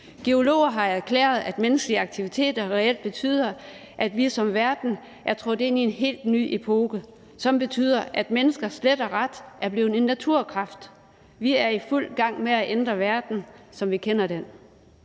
Geologer har erklæret, at menneskelige aktiviteter reelt betyder, at vi som verden er trådt ind i en helt ny epoke, som betyder, at mennesket slet og ret er blevet en naturkraft. Vi er i fuld gang med at ændre verden, som vi kender den.